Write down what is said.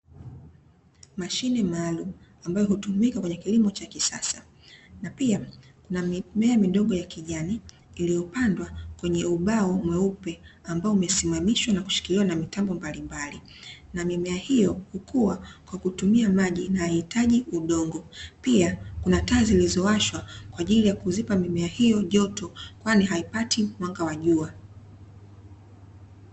Mashine maalumu ambayo hutumika kwenye kilimo cha kisasa, na pia kuna mimea midogo ya kijani iliyopandwa kwenye ubao mweupe, ambao umesimamishwa na kushikiliwa na mitambo mbalimbali. Na mimea hiyo hukua kwa kutumia maji, na haihitaji udongo. Pia kuna taa zilizowashwa, kwa ajili ya kuzipa mimea hiyo joto, kwani haipati mwanga wa jua.